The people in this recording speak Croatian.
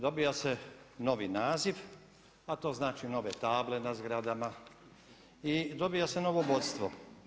Dobiva se novi naziv, a to znači nove table na zgradama i dobiva se novo vodstvo.